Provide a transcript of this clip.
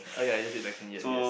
oh ya is just election yes yes